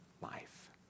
life